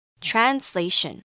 Translation